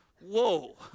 Whoa